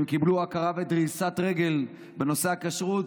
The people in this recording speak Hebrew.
הם קיבלו הכרה ודריסת רגל בנושא הכשרות,